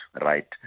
right